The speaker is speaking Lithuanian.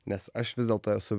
nes aš vis dėlto esu